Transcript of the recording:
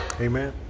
Amen